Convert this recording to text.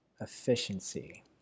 efficiency